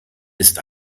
ist